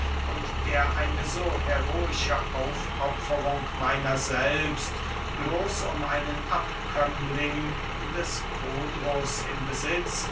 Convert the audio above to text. und der eine so heroische aufopferung meiner selbst bloß um einen abkömmling des kodrus im besitz